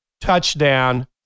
touchdown